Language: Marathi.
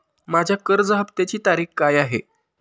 माझ्या कर्ज हफ्त्याची तारीख काय आहे?